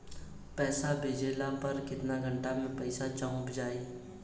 पैसा भेजला पर केतना घंटा मे पैसा चहुंप जाई?